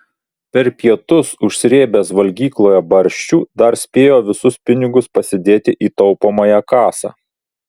per pietus užsrėbęs valgykloje barščių dar spėjo visus pinigus pasidėti į taupomąją kasą